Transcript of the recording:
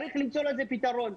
צריך למצוא לזה פתרון.